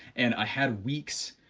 and i had weeks,